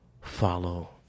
follow